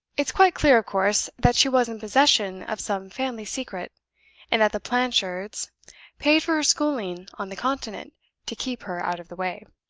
it's quite clear, of course, that she was in possession of some family secret and that the blanchards paid for her schooling on the continent to keep her out of the way.